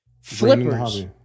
Flippers